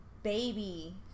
baby